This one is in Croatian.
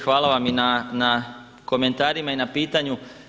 Hvala vam i na komentarima i na pitanju.